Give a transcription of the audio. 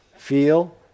Feel